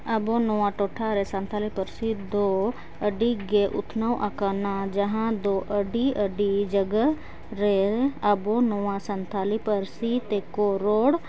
ᱟᱵᱚ ᱱᱚᱣᱟ ᱴᱚᱴᱷᱟᱨᱮ ᱥᱟᱱᱛᱟᱲᱤ ᱯᱟᱹᱨᱥᱤᱫᱚ ᱟᱹᱰᱤᱜᱮ ᱩᱛᱱᱟᱹᱣ ᱟᱠᱟᱱᱟ ᱡᱟᱦᱟᱸᱫᱚ ᱟᱹᱰᱤᱼᱟᱹᱰᱤ ᱡᱟᱭᱜᱟᱨᱮ ᱟᱵᱚ ᱱᱚᱣᱟ ᱥᱟᱱᱛᱟᱲᱤ ᱯᱟᱹᱨᱥᱤᱛᱮᱠᱚ ᱨᱚᱲ